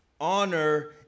Honor